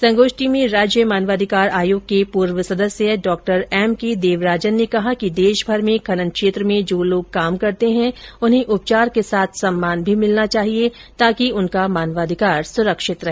संगोष्ठी में राज्य मानवाधिकार आयोग के पूर्व सदस्य डॉ एमके देवराजन ने कहा कि देशभर में खनन क्षेत्र में जो लोग काम करते हैं उन्हें उपचार के साथ सम्मान भी मिलना चाहिए ताकि उनका मानवाधिकार सुरक्षित रहे